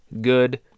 good